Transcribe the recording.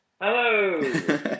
Hello